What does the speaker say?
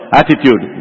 attitude